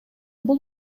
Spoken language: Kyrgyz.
бул